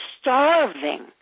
starving